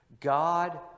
god